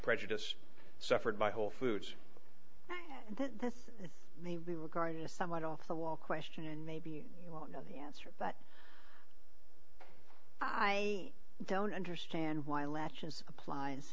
prejudice suffered by whole foods this may be regarded as somewhat off the wall question and maybe you won't know the answer but i don't understand why latches applies